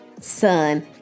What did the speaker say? son